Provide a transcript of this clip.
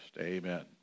Amen